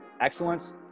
excellence